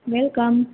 welcome